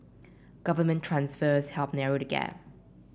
government transfers helped narrow the gap